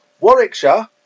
Warwickshire